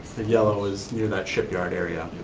the yellow is near that shipyard area.